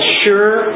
sure